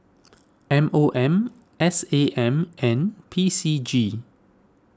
M O M S A M and P C G